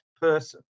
person